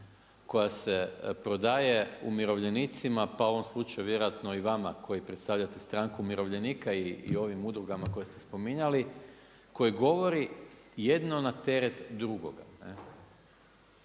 koja se prodaje umirovljenicima, pa u ovom slučaju vjerojatno i vama koji predstavljate stranku umirovljenika i ovim udrugama koje ste spominjali koji govori jedno na teret drugoga.